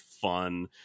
fun